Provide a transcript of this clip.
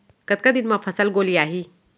कतका दिन म फसल गोलियाही?